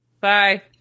Bye